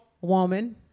woman